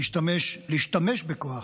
להשתמש בכוח,